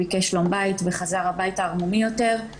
והוא ביקש שלום בית וחזר הביתה ערמומי יותר.